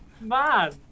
man